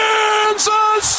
Kansas